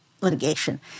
litigation